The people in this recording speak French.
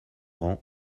rang